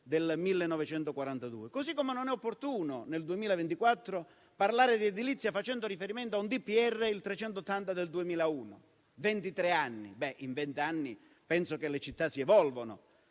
del 1942. Così come non è opportuno, nel 2024, parlare di edilizia facendo riferimento al DPR n. 380 del 2001: ventitré anni fa. In vent'anni penso che le città si evolvano.